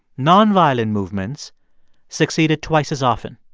nonviolent movements succeeded twice as often.